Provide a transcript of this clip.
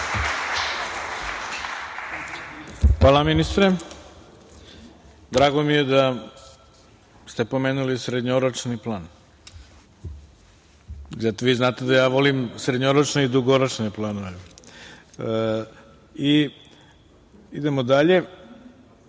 Hvala, ministre. Drago mi je da ste pomenuli srednjoročni plan. Vi znate da ja volim srednjoročne i dugoročne planove. Idemo dalje. Reč